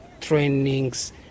trainings